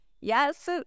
Yes